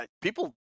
people